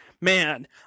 man